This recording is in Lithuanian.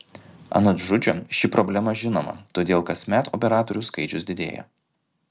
anot žudžio ši problema žinoma todėl kasmet operatorių skaičius didėja